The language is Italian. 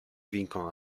vincono